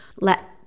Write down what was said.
let